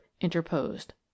interposed